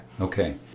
Okay